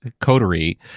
coterie